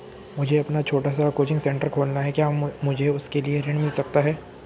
मुझे अपना छोटा सा कोचिंग सेंटर खोलना है क्या मुझे उसके लिए ऋण मिल सकता है?